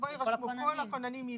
שבו ירשמו וכל הכוננים יבדקו.